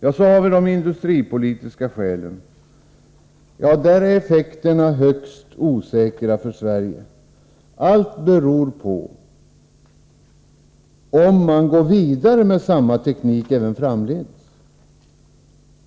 Det finns även industripolitiska skäl. Effekterna för Sverige är högst osäkra. Allt beror på om man går vidare med samma teknik även framdeles.